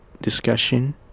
discussion